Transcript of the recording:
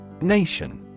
Nation